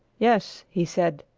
yes, he said,